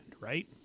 Right